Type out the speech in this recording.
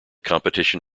competition